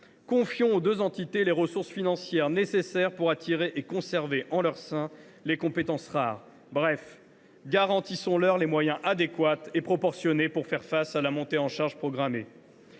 Confions aux deux entités les ressources financières nécessaires pour attirer et conserver en leur sein les compétences rares. Bref, garantissons leur les moyens adéquats et proportionnés pour faire face à la montée en charge programmée.